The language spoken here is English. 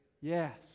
Yes